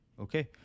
Okay